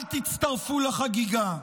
אל תצטרפו לחגיגה.